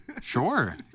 Sure